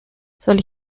soll